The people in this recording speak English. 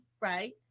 right